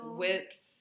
whips